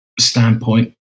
standpoint